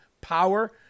power